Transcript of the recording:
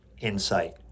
insight